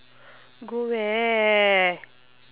go where